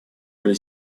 роли